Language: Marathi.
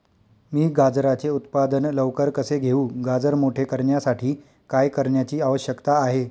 मी गाजराचे उत्पादन लवकर कसे घेऊ? गाजर मोठे करण्यासाठी काय करण्याची आवश्यकता आहे?